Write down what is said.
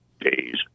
days